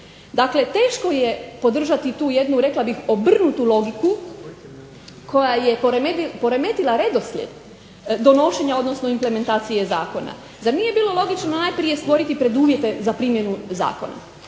Dakle, teško je podržati tu jednu rekla bih obrnutu logiku koja je poremetila redoslijed donošenja, odnosno implementacije zakona. Zar nije bilo logično najprije stvoriti preduvjete za primjenu zakona?